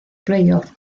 playoff